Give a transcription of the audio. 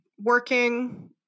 working